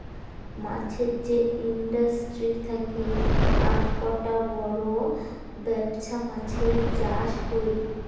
মাছের যে ইন্ডাস্ট্রি থাকি আককটা বড় বেপছা মাছের চাষ হই